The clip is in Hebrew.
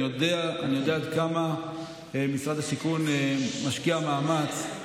אני יודע עד כמה משרד השיכון משקיע מאמץ,